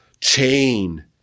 chain